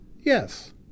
Yes